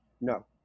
No